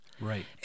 Right